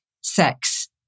sex